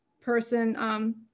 person